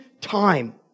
time